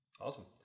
awesome